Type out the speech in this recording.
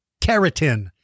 keratin